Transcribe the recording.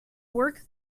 work